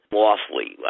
lawfully